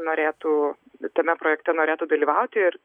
norėtų tame projekte norėtų dalyvauti ir